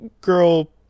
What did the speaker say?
girl